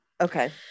Okay